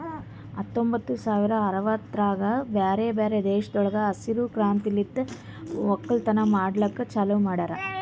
ಹತ್ತೊಂಬತ್ತು ಸಾವಿರ ಅರವತ್ತರಾಗ್ ಬ್ಯಾರೆ ಬ್ಯಾರೆ ದೇಶಗೊಳ್ದಾಗ್ ಹಸಿರು ಕ್ರಾಂತಿಲಿಂತ್ ಒಕ್ಕಲತನ ಮಾಡ್ಲುಕ್ ಚಾಲೂ ಮಾಡ್ಯಾರ್